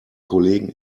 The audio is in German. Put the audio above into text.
kollegen